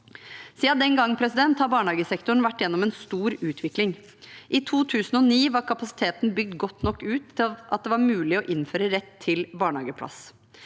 Siden den gang har barnehagesektoren vært gjennom en stor utvikling. I 2009 var kapasiteten bygd godt nok ut til at det var mulig å innføre rett til barnehageplass.